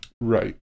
right